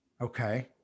okay